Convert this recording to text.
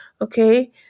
okay